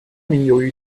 由于